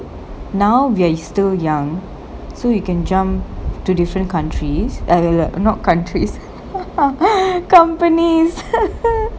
I mean now we are still young so you can jump to different countries not countries companies